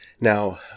Now